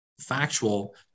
factual